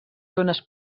zones